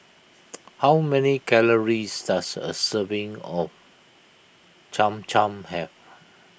how many calories does a serving of Cham Cham have